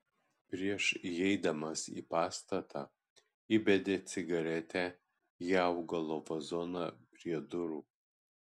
prieš įeidamas į pastatą įbedė cigaretę į augalo vazoną prie durų